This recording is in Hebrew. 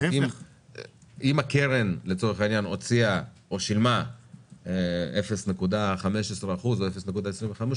אם הקרן שילמה 0.15% או 0.25%,